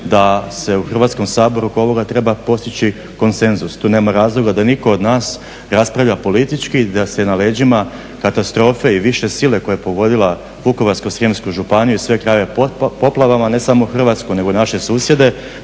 da se u Hrvatskom saboru oko ovoga treba postići konsenzus. Tu nema razloga da nitko od nas raspravlja politički, da se na leđima katastrofe i više sile koja je pogodila Vukovarsko-srijemsku županiju i sve krajeve poplavama ne samo Hrvatsku nego i naše susjede,